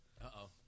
Uh-oh